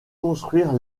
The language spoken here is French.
conduire